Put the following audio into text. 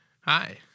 Hi